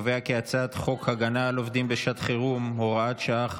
הצעת חוק הגנה על עובדים בשעת חירום (תיקון מס' 5 והוראת שעה,